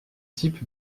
type